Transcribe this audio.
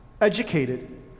educated